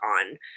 on